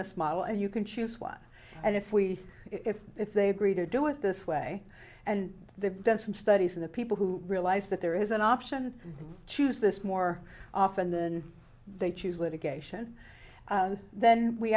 this model and you can choose one and if we if if they agree to do it this way and they've done some studies of the people who realize that there is an option to choose this more often than they choose litigation then we